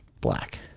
black